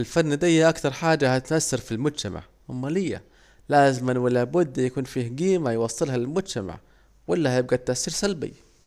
الفن دي أكتر حاجة هتأثر في المجتمع، أومال ايه، لازمان ولابد يكون فيه قيمة يوصلها للمجتمع، وإلا هيبجى التأسير سلبي